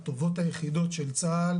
טובות היחידות של צה"ל,